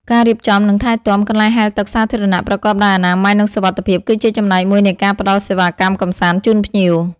ការរៀបចំ និងថែទាំ កន្លែងហែលទឹកសាធារណៈ ប្រកបដោយអនាម័យ និងសុវត្ថិភាព គឺជាចំណែកមួយនៃការផ្តល់សេវាកម្មកម្សាន្តជូនភ្ញៀវ។